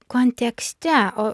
kontekste o